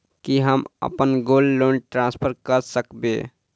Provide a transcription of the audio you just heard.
की हम अप्पन gold loan transfer करऽ सकबै?